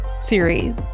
series